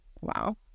Wow